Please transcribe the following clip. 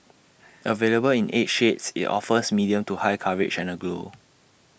available in eight shades IT offers medium to high coverage and A glow